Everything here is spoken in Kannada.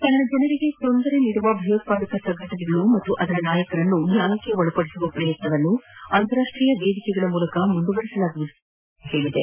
ತನ್ನ ಜನರಿಗೆ ತೊಂದರೆ ನೀಡುವ ಭಯೋತ್ಪಾದಕ ಸಂಘಟನೆಗಳು ಮತ್ತು ಅದರ ನಾಯಕರನ್ನು ನ್ಯಾಯಕ್ಕೆ ಒಳಪದಿಸುವ ಪ್ರಯತ್ನವನ್ನು ಅಂತಾರಾಷ್ಟೀಯ ವೇದಿಕೆಗಳ ಮೂಲಕ ಮುಂದುವರಿಸಲಾಗುವುದು ಎಂದು ಭಾರತ ಹೇಳಿದೆ